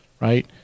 right